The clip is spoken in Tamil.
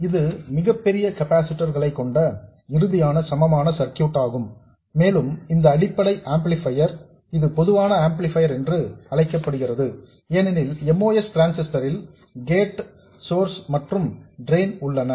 இது மிக பெரிய கெப்பாசிட்டர்ஸ் களை கொண்ட இறுதியான சமமான சர்க்யூட் ஆகும் மேலும் இந்த அடிப்படை ஆம்ப்ளிபையர் இது பொதுவான ஆம்ப்ளிபையர் என்று அழைக்கப்படுகிறது ஏனெனில் MOS டிரான்சிஸ்டர் ல் கேட் சோர்ஸ் மற்றும் ட்ரெயின் உள்ளன